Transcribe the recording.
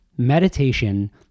Meditation